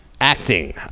acting